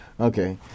Okay